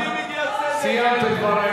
סיימתם.